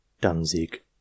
Danzig